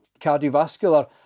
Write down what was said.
cardiovascular